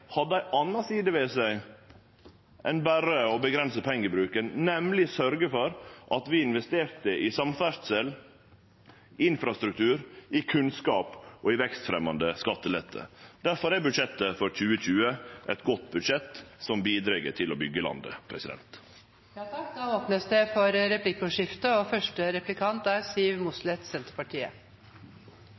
hadde ei anna side ved seg enn berre å avgrense pengebruken, nemleg å sørgje for at vi investerte i samferdsel, i infrastruktur, i kunnskap og i vekstfremjande skattelette. Difor er budsjettet for 2020 eit godt budsjett som bidreg til å byggje landet. Det blir replikkordskifte. Ministeren snakket om å reise kollektivt, og vi vil jo gjerne at folk reiser kollektivt der det er